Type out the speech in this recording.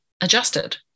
adjusted